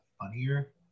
funnier